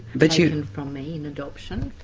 but you. taken from me in adoption.